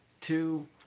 two